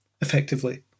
effectively